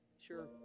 Sure